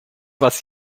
was